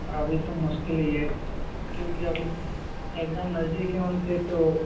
और अभी तो मुश्किल ही है क्योंकि अभी एग्ज़ाम नज़दीक हैं उनके तो